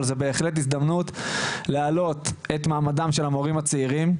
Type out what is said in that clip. אבל זה בהחלט הזדמנות להעלות את מעמדם של המורים הצעירים,